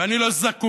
ואני לא זקוק